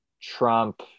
trump